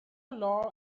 law